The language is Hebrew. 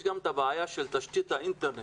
יש גם את הבעיה של תשתית האינטרנט.